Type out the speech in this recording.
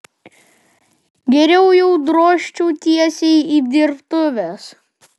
geriau jau drožčiau tiesiai į dirbtuves